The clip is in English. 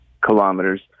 kilometers